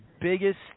biggest